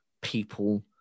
people